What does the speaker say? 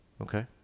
Okay